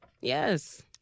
Yes